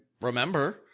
remember